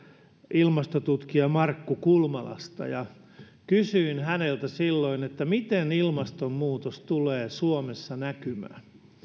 ilmastotutkija markku kulmalasta ja kysyin häneltä silloin miten ilmastonmuutos tulee suomessa näkymään